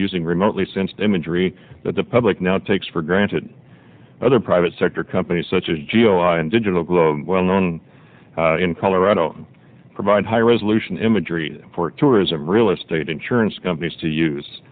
using remotely synced imagery that the public now takes for granted other private sector companies such as geo eye and digital globe well known in colorado provide high resolution imagery for tourism real estate insurance companies to use